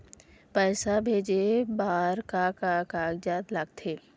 पैसा भेजे बार का का कागजात लगथे?